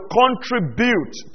contribute